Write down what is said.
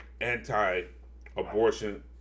anti-abortion